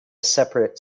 separate